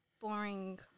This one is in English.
boring